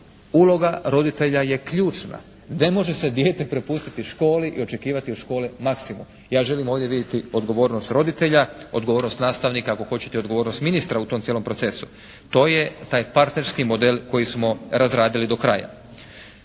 uloga roditelja je ključna. Ne može se dijete prepustiti školi i očekivati od škole maksimum. Ja želim ovdje vidjeti odgovornost roditelja, odgovornost nastavnika, ako hoćete i odgovornost ministra u tom cijelom procesu. To je taj partnerski model koji smo razradili do kraja.